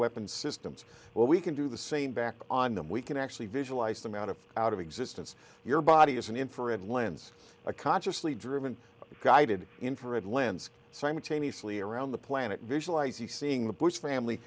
weapon systems where we can do the same back on them we can actually visualize them out of out of existence your body is an infrared lens a consciously driven guided infrared lens simultaneously around the planet visualize you seeing the bush family